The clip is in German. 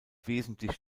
wesentlich